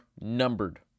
numbered